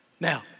Now